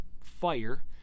fire